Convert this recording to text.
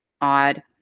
odd